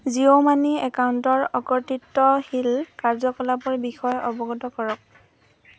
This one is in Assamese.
জিঅ' মানি একাউণ্টৰ অকৰ্তৃত্বশীল কাৰ্য্যকলাপৰ বিষয়ে অৱগত কৰক